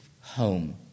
home